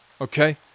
okay